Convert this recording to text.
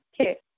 okay